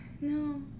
No